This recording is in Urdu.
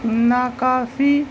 ناکافی